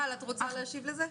ענבל, את רוצה להשיב לזה?